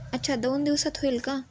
अच्छा दोन दिवसात होईल का